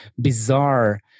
bizarre